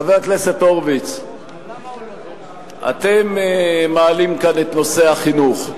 חבר הכנסת הורוביץ, אתם מעלים כאן את נושא החינוך,